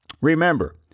Remember